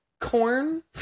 Corn